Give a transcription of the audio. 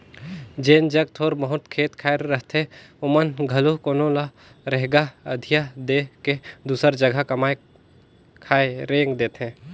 जेमन जग थोर बहुत खेत खाएर रहथे ओमन घलो कोनो ल रेगहा अधिया दे के दूसर जगहा कमाए खाए रेंग देथे